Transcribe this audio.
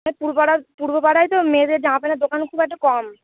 মানে পূর্ব পাড়ার পূর্ব পাড়ায় তো মেয়েদের জামা প্যান্টের দোকান খুব একটা কম